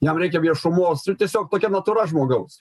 jam reikia viešumos ir tiesiog tokia natūra žmogaus